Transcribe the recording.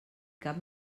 cap